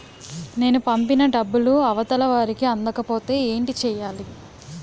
నేను పంపిన డబ్బులు అవతల వారికి అందకపోతే ఏంటి చెయ్యాలి?